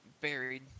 buried